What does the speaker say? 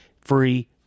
free